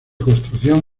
construcción